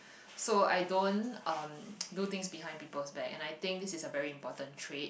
so I don't um do things behind people back and I think this is a very important trait